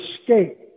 escape